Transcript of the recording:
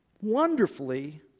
wonderfully